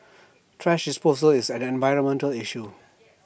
thrash disposal is an environmental issue